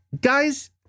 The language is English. Guys